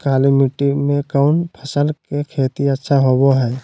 काली मिट्टी में कौन फसल के खेती अच्छा होबो है?